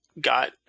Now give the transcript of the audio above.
got